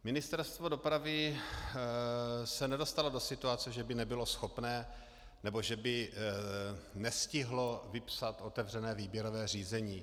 Ministerstvo dopravy se nedostalo do situace, že by nebylo schopné nebo že by nestihlo vypsat otevřené výběrové řízení.